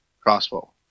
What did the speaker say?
crossbow